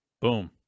Boom